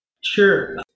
Sure